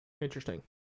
Interesting